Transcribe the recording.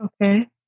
Okay